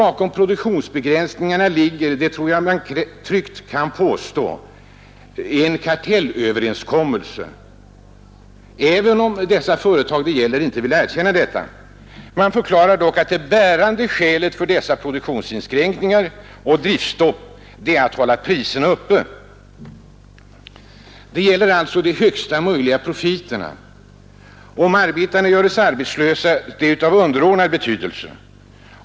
Bakom produktionsbegränsningarna ligger, det tror jag att man tryggt kan påstå, en kartellöverenskommelse, även om de företag det här gäller inte vill erkänna detta. Man förklarar att det bärande skälet för produktionsinskränkningarna och driftstoppen är att hålla priserna uppe. Det gäller alltså högsta möjliga profiter. Om arbetarna blir arbetslösa är av underordnad betydelse.